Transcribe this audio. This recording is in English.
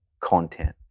content